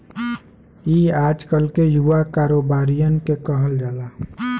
ई आजकल के युवा कारोबारिअन के कहल जाला